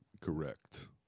correct